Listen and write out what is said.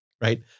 right